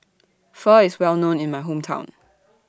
Pho IS Well known in My Hometown